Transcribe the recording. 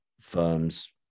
firms